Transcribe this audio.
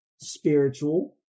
spiritual